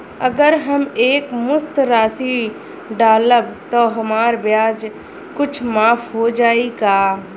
अगर हम एक मुस्त राशी डालब त हमार ब्याज कुछ माफ हो जायी का?